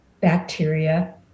bacteria